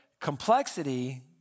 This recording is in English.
Complexity